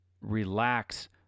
relax